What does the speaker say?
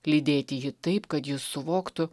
lydėti jį taip kad jis suvoktų